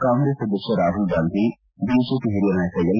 ಕಾಂಗ್ರೆಸ್ ಅಧ್ಯಕ್ಷ ರಾಹುಲ್ ಗಾಂಧಿ ಬಿಜೆಪಿ ಹಿರಿಯ ನಾಯಕ ಎಲ್